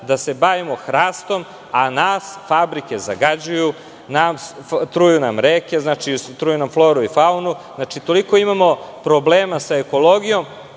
da se bavimo hrastom, a nas fabrike zagađuju, truju nam reke, truju nam floru i faunu. Imamo toliko problema sa ekologijom.